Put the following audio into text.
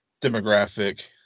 demographic